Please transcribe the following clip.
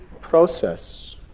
process